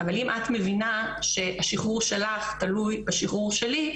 אבל אם את מבינה שהשחרור שלך תלוי בשחרור שלי,